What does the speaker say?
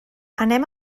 anem